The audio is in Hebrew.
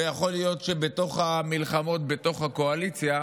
ויכול להיות שבתוך המלחמות בתוך הקואליציה,